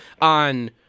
on